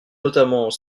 notamment